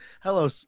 hello